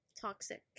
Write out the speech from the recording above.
toxic